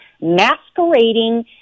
masquerading